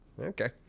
Okay